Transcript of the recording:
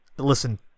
listen